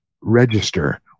register